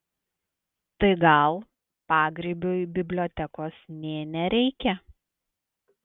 tai gal pagrybiui bibliotekos nė nereikia